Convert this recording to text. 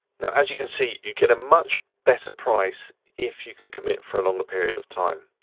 now as you can see, you get a much better price if you can commit for a longer period of time.